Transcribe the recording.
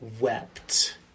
wept